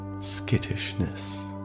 skittishness